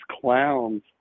clowns